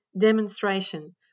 demonstration